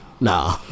nah